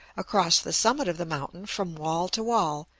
across the summit of the mountain, from wall to wall,